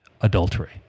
Adultery